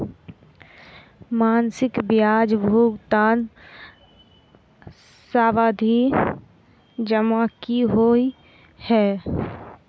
मासिक ब्याज भुगतान सावधि जमा की होइ है?